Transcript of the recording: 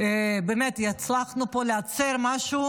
הצלחנו פה לייצר משהו